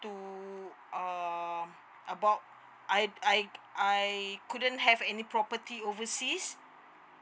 to err about I I I couldn't have any property overseas